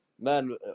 man